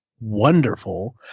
wonderful